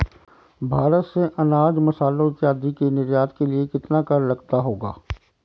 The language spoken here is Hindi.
भारत से अनाज, मसालों इत्यादि के निर्यात के लिए कितना कर लगता होगा?